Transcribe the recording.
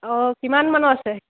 অঁ কিমান মানৰ আছে